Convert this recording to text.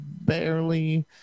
barely